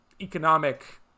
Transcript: economic